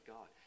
God